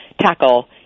tackle